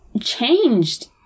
changed